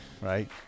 right